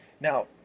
Now